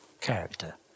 character